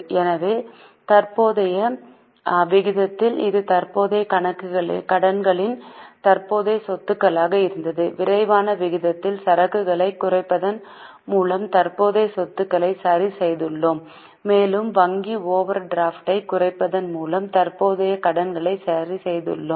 எனவே தற்போதைய விகிதத்தில் இது தற்போதைய கடன்களின் தற்போதைய சொத்துகளாக இருந்தது விரைவான விகிதத்தில் சரக்குகளை குறைப்பதன் மூலம் தற்போதைய சொத்துக்களை சரி செய்துள்ளோம் மேலும் வங்கி ஓவர் டிராப்டைக் குறைப்பதன் மூலம் தற்போதைய கடன்களை சரி செய்துள்ளோம்